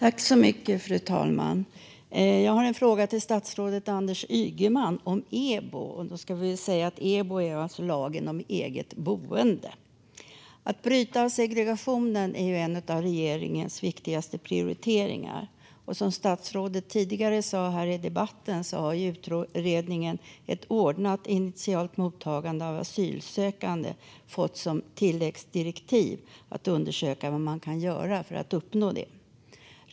Fru talman! Jag har en fråga till statsrådet Anders Ygeman om lagen om eget boende, EBO. Att bryta segregationen är en av regeringens viktigaste prioriteringar, och som statsrådet tidigare sagt har utredningen Ett ordnat initialt mottagande av asylsökande fått som tilläggsdirekt att undersöka vad man kan göra för att uppnå detta.